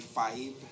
five